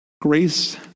Grace